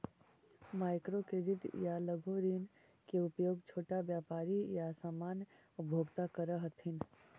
micro credit या लघु ऋण के उपयोग छोटा व्यापारी या सामान्य उपभोक्ता करऽ हथिन